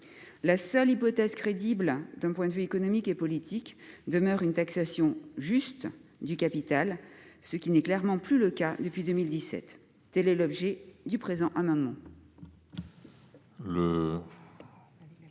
La seule hypothèse crédible d'un point de vue économique et politique demeure une taxation juste du capital, ce qui n'est clairement plus le cas depuis 2017. Tel est l'objet du présent amendement.